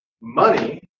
money